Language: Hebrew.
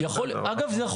יכול להיות.